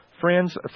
Friends